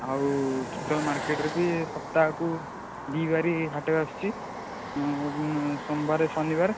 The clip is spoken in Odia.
ଆଉ ତିର୍ତ୍ତୋଲ ମାର୍କେଟରେ ବି ସପ୍ତାହକୁ ଦୁଇଵାରୀ ହାଟ ବସୁଛି ସୋମବାର ଶନିବାର